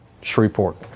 Shreveport